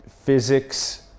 physics